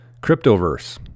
Cryptoverse